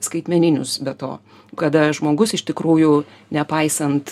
skaitmeninius be to kada žmogus iš tikrųjų nepaisant